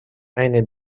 eine